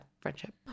friendship